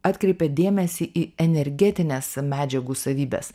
atkreipė dėmesį į energetines medžiagų savybes